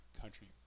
country